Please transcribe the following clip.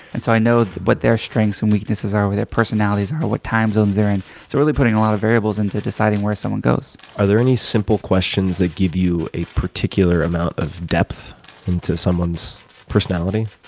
and so i know what their strengths and weaknesses are, what their personalities are, what time zones they're in. so really putting a lot of variables into deciding where someone goes. are there any simple questions that give you a particular amount of depth into someone's personality?